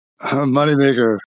Moneymaker